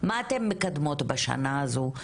מה אתן מקדמות בשנה הזו.